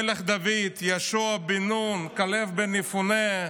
המלך דוד, יהושע בן נון, כלב בן יפונה,